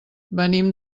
venim